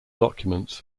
documents